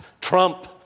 trump